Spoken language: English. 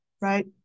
right